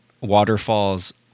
waterfalls